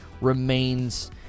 remains